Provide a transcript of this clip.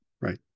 right